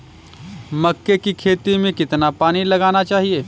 मक्के की खेती में कितना पानी लगाना चाहिए?